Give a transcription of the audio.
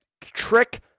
trick